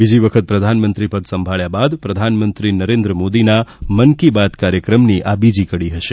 બીજી વખત પ્રધાનમંત્રી પદ સંભાળ્યા બાદ પ્રધાનમંત્રી નરેન્દ્ર મોદીના મન કી બાત કાર્યક્રમની આ બીજી કડી હશે